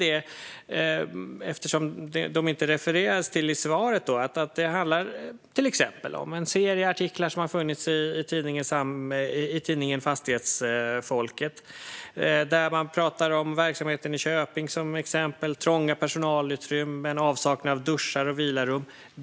Eftersom de inte refererades till i svaret ska jag säga att det till exempel handlar om en serie artiklar som har funnits i tidningen Fastighetsfolket. Där pratar man om verksamheten i Köping som exempel. Det är trånga personalutrymmen och avsaknad av duschar och vilrum.